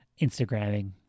Instagramming